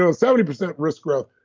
ah seventy percent risk growth?